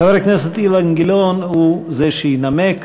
חבר הכנסת אילן גילאון הוא זה שינמק.